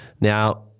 Now